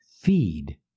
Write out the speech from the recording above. feed